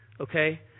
okay